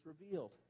revealed